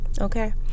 Okay